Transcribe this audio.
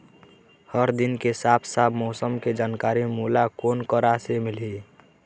हर दिन के साफ साफ मौसम के जानकारी मोला कोन करा से मिलही?